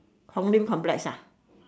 how many complex ah